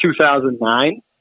2009